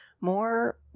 more